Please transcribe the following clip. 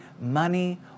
money